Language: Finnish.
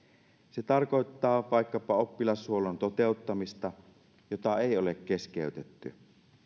se tarkoittaa vaikkapa oppilashuollon toteuttamista jota ei ole keskeytetty